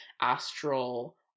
astral